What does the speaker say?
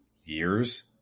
years